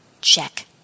Check